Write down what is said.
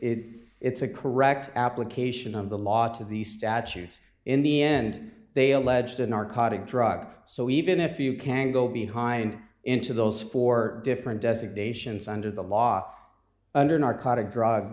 it's a correct application of the lot of these statutes in the end they alleged a narcotic drug so even if you can go behind into those four different designations under the law under narcotic drug